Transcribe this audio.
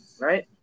Right